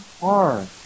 hard